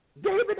David